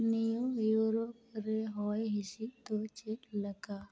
New ᱤᱭᱚᱨᱠ ᱨᱮ ᱦᱚᱭ ᱦᱤᱥᱤᱫ ᱫᱚ ᱪᱮᱫᱞᱮᱠᱟ